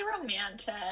romantic